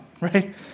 right